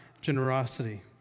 generosity